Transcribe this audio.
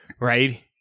Right